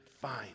fine